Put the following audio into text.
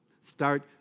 start